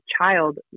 child